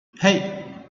hey